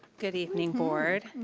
good evening, board.